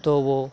تو وہ